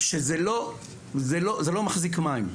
שזה לא מחזיק מים.